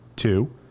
Two